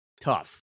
Tough